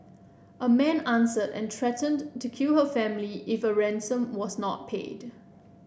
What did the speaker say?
a man answered and threatened to kill her family if a ransom was not paid